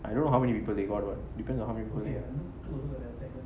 I don't know how many people they got what depends on how many people they got